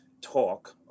talk